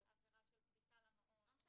עבירה של פריצה למעון --- לא משנה.